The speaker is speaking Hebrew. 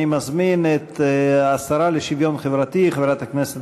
אני מזמין את השרה לשוויון חברתי חברת הכנסת